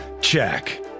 Check